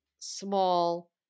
small